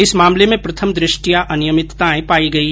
इस मामले में प्रथम दृष्टया अनियमितताए पाई गई हैं